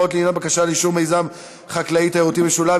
(הוראות לעניין בקשה לאישור מיזם חקלאי-תיירותי משולב),